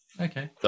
Okay